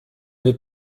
vais